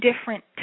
different